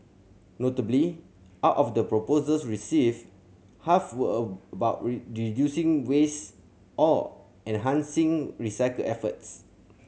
notably out of the proposals received half were a about reducing waste or enhancing recycle efforts